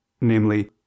namely